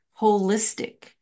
holistic